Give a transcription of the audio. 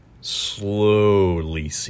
slowly